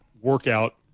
workout